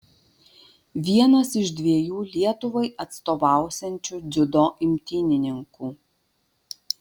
vienas iš dviejų lietuvai atstovausiančių dziudo imtynininkų